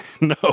No